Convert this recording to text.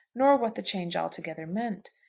nor what the change altogether meant.